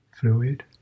fluid